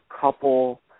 couple